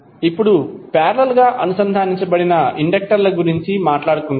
ఇప్పుడు పారేలల్ గా అనుసంధానించబడిన ఇండక్టర్ల గురించి మాట్లాడుదాం